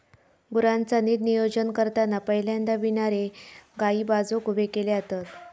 गुरांचा नीट नियोजन करताना पहिल्यांदा विणारे गायी बाजुक उभे केले जातत